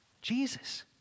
Jesus